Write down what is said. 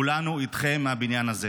כולנו איתכם מהבניין הזה.